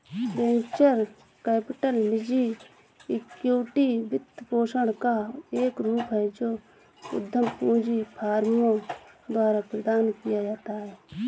venture capital निजी equity वित्तपोषण का एक रूप है जो उद्यम पूंजी फर्मों द्वारा प्रदान किया जाता है